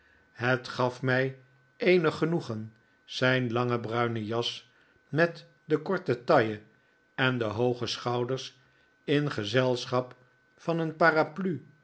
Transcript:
het gaf mij eenig genoegen zijn lange bruine jas met de korte taille en de hooge schouders in gezelschap van een parapluie